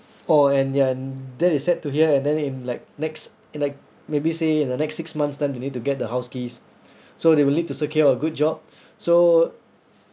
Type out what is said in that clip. oh and ya n~ that is set to here and then in like next in like maybe say in the next six months time they need to get the house keys so they will need to secure a good job so